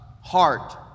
heart